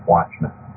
Watchmen